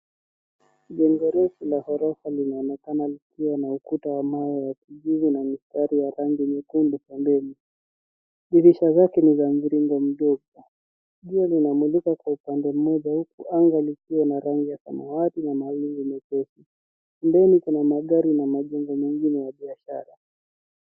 Jengo refu la ghorofa linaonekana likiwa na ukuta wa mawe wa kijivu na mistari ya rangi nyekundu pembeni dirisha zake ni za mviringo mdogo nguo linamulikwa kwa upande mmoja huku anga likiwa na rangi ya samawati na mali yenye kesi ndani kuna magari na majengo mengine ya biashara